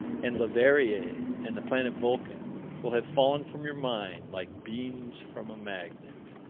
and leverrier and the planet vulcan will have fallen from your mind, like beans from a magnet,